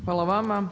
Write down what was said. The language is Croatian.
Hvala vama.